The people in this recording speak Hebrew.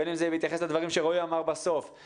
בין אם זה מתייחס לדברים שרועי אמר בסוף,